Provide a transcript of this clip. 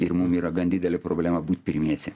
ir mum yra gan didelė problema būt pirmiesiem